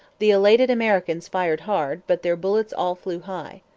the elated americans fired hard but their bullets all flew high.